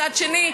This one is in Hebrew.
מצד שני,